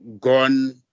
gone